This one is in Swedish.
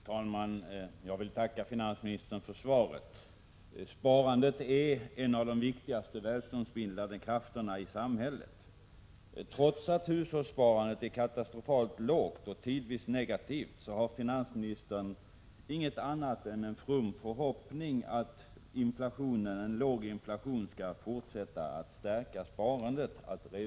Fru talman! Jag vill tacka finansministern för svaret. Sparandet är en av de viktigaste välståndsbildande krafterna i samhället. Trots att hushållssparandet är katastrofalt lågt och tidvis negativt har finansministern inget annat att redovisa i svaret än en from förhoppning att den låga inflationen skall fortsätta att stärka sparandet.